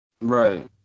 Right